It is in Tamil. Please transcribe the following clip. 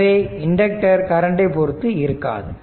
எனவே இண்டக்டர் கரண்டை பொருத்து இருக்காது